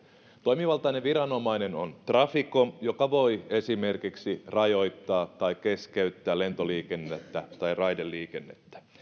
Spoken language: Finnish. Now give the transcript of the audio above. toimivaltainen viranomainen on traficom joka voi esimerkiksi rajoittaa tai keskeyttää lentoliikennettä tai raideliikennettä